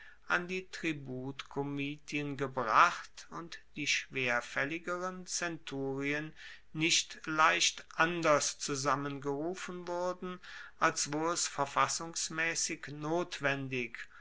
an die tributkomitien gebracht und die schwerfaelligeren zenturien nicht leicht anders zusammengerufen wurden als wo es verfassungsmaessig notwendig